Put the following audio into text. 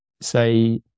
say